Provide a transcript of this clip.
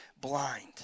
blind